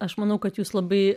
aš manau kad jūs labai